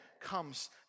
comes